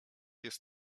jest